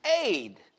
aid